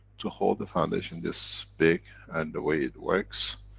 to hold the foundation this big, and the way it works,